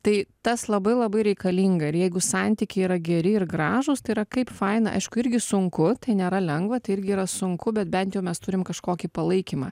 tai tas labai labai reikalinga ir jeigu santykiai yra geri ir gražūs tai yra kaip faina aišku irgi sunku tai nėra lengva tai irgi yra sunku bet bent jau mes turim kažkokį palaikymą